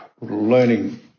learning